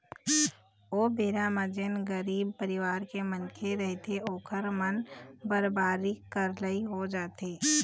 ओ बेरा म जेन गरीब परिवार के मनखे रहिथे ओखर मन बर भारी करलई हो जाथे